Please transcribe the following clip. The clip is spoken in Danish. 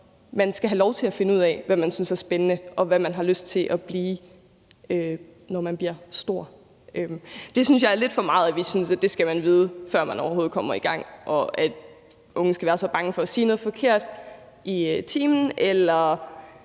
Man skal have lov til at finde ud af, hvad man synes er spændende, og hvad man har lyst til at blive, når man bliver voksen. Jeg synes, det er lidt for meget, at vi synes, at man skal vide det, før man overhovedet kommer i gang, og at unge skal være så bange for at sige noget forkert i timen, ikke